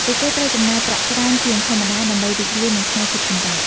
ពួកគេត្រូវចំណាយប្រាក់ច្រើនជាងធម្មតា ដើម្បីរីករាយនឹងថ្ងៃឈប់សម្រាក។